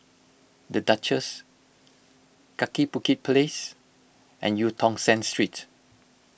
the Duchess Kaki Bukit Place and Eu Tong Sen Street